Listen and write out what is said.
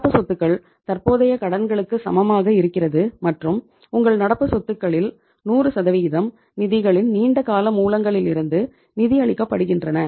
நடப்பு சொத்துக்கள் தற்போதைய கடன்களுக்கு சமமாக இருக்கிறது மற்றும் உங்கள் நடப்பு சொத்துகளில் 100 நிதிகளின் நீண்ட கால மூலங்களிலிருந்து நிதியளிக்கப்படுகின்றன